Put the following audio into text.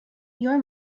your